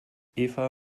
eva